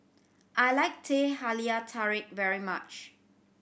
I like Teh Halia Tarik very much